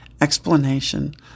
explanation